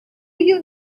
you